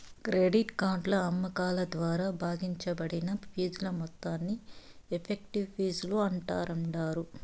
credit card అమ్మకాల ద్వారా భాగించబడిన ఫీజుల మొత్తాన్ని ఎఫెక్టివ్ ఫీజులు అంటాండారు